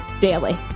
daily